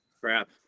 crap